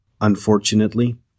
Unfortunately